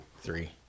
three